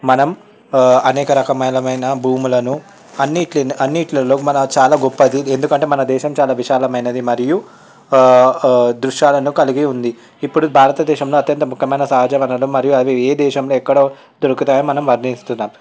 మనం అనేక రకమలమైన భూములను అన్నిటిని అన్నిట్లలో మన చాలా గొప్పది ఎందుకంటే మన దేశం చాలా విశాలమైనది మరియు దృశ్యాలను కలిగి ఉంది ఇప్పుడు భారతదేశంలో అత్యంత ముఖ్యమైన సహజ వనరులు మరియు అవి ఏ దేశంలో ఎక్కడ దొరుకుతాయి మనం వర్ణిస్తున్నాం